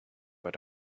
but